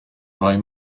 rhoi